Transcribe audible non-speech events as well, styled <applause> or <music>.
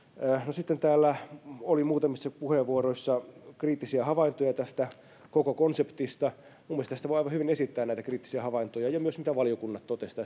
sitten täällä oli muutamissa puheenvuoroissa kriittisiä havaintoja tästä koko konseptista minun mielestäni tästä voi aivan hyvin esittää näitä kriittisiä havaintoja ja myös ne asiat mitä valiokunnat totesivat <unintelligible>